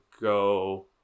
go